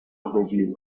review